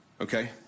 Okay